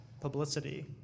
publicity